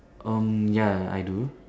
um ya I do